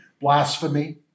blasphemy